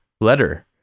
letter